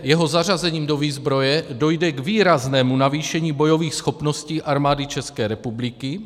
Jeho zařazením do výzbroje dojde k výraznému navýšení bojových schopností Armády České republiky.